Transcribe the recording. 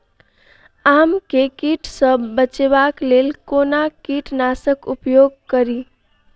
आम केँ कीट सऽ बचेबाक लेल कोना कीट नाशक उपयोग करि?